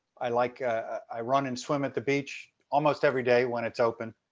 i like i run and swim at the beach almost every day when it's open.